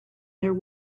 their